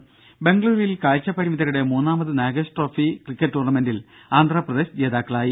ദേദ ബെംഗളുരുവിൽ കാഴ്ചപരിമിതരുടെ മൂന്നാമത് നാഗേഷ് ട്രോഫി ക്രിക്കറ്റ് ടൂർണമെന്റിൽ ആന്ധ്രപ്രദേശ് ജേതാക്കളായി